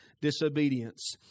disobedience